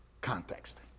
context